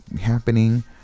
happening